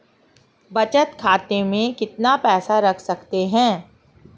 बचत खाते में कितना पैसा रख सकते हैं?